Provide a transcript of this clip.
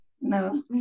No